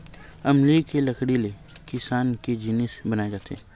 अमली के लकड़ी ले किसानी के जिनिस बनाए जाथे